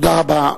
תודה רבה.